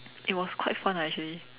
it was quite fun ah actually